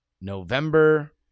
November